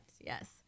yes